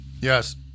Yes